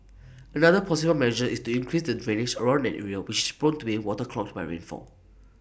another possible measure is to increase the drainage around an area which is prone to being waterlogged by rainfall